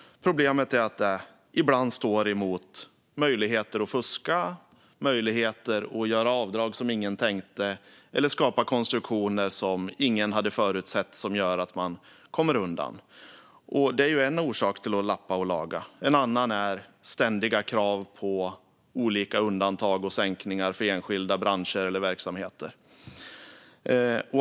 Problemet är att det ibland står emot möjligheter att fuska, möjligheter att göra avdrag som ingen tänkte eller skapa konstruktioner som ingen hade förutsett och som gör att man kommer undan. Det är en orsak till att lappa och laga. En annan är ständiga krav på olika undantag och sänkningar för enskilda branscher eller verksamheter.